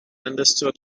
understood